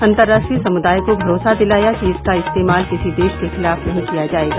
अंतर्राष्ट्रीय समुदाय को भरोसा दिलाया कि इसका इस्तेमाल किसी देश के खिलाफ नहीं किया जाएगा